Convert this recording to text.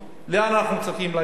לאן אנחנו מצפים להגיע?